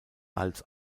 als